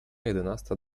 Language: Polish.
jedenasta